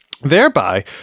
Thereby